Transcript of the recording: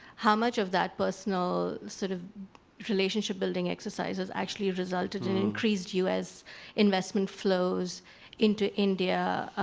how much of that personal sort of relationship-building exercise has actually resulted in increased us investment flows into india,